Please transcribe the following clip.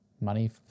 money